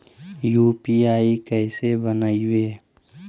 UPI कैसे बनइबै?